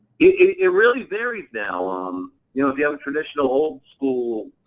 it really varies now, um you know if you have a traditional old school